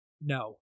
No